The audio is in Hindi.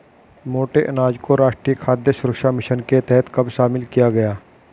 मोटे अनाज को राष्ट्रीय खाद्य सुरक्षा मिशन के तहत कब शामिल किया गया?